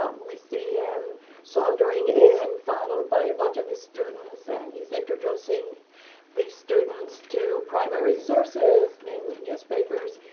ah we see him sauntering in followed by a bunch of his students, and he's introducing these students to primary sources, namely newspapers.